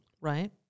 Right